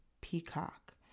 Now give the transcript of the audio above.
Peacock